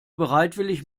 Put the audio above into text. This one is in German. bereitwillig